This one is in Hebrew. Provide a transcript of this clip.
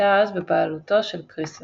שהייתה אז בבעלותו של כריסטנסן.